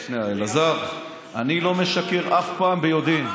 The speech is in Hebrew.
רק שנייה, אלעזר, אני לא משקר אף פעם ביודעין.